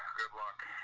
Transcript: good luck.